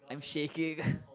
I'm shaking